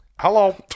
Hello